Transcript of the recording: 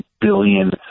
billion